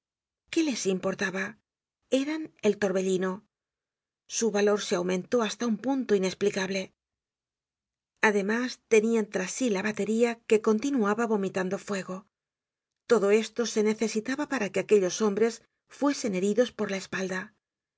qué les importaba eran el torbellino su valor se aumentó hasta un punto inesplicable además tenían tras sí la batería que continuaba vomitando fuego todo esto se necesitaba para que aquellos hombres fuesen heridos por la espalda una